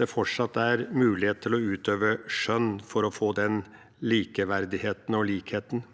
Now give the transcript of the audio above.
det fortsatt er mulighet til å utøve skjønn for å få den likeverdigheten og likheten.